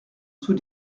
sous